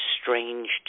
strange